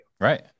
Right